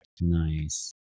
nice